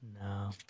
No